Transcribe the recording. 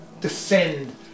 descend